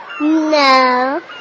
No